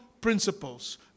principles